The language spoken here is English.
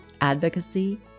Advocacy